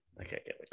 Okay